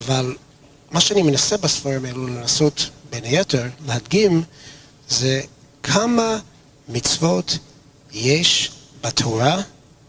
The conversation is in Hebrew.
אבל מה שאני מנסה בספרים האלו לעשות בין היתר, להדגים, זה כמה מצוות יש בתורה.